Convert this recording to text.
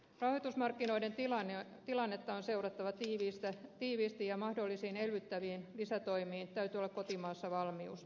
rahoitusmarkkinoiden tilannetta on seurattava tiivisti ja mahdollisiin elvyttäviin lisätoimiin täytyy olla kotimaassa valmius